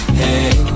hey